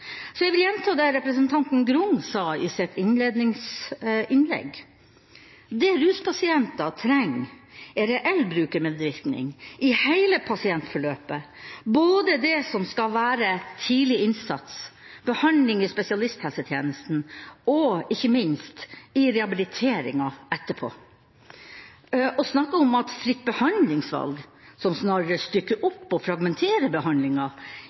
Jeg vil gjenta det representanten Grung sa i sitt innledningsinnlegg: Det ruspasienter trenger, er reell brukermedvirkning i hele pasientforløpet, både det som skal være tidlig innsats, behandling i spesialisthelsetjenesten og ikke minst i rehabiliteringa etterpå. Å snakke om at fritt behandlingsvalg, som snarere stykker opp og fragmenterer behandlinga,